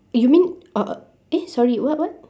you mean uh eh sorry what what